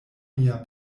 mia